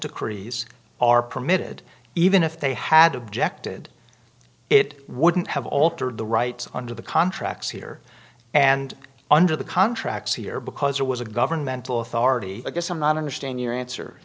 decrees are permitted even if they had objected it wouldn't have altered the rights under the contracts here and under the contracts here because it was a governmental authority i guess i'm not understand your answer